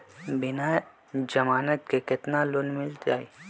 बिना जमानत के केतना लोन मिल जाइ?